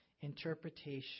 interpretation